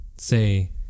Say